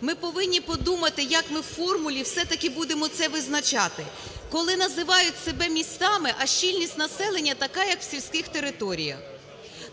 ми повинні подумати, як ми у формулі все-таки будемо це визначати, коли називають себе містами, а щільність населення така, як у сільських територіях.